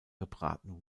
gebraten